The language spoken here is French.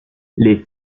les